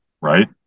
Right